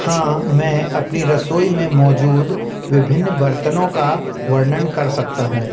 हाँ मैं अपनी रसोई में मौजूद विभिन्न बर्तनों का वर्णन कर सकता हूँ